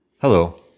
Hello